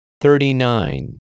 Thirty-nine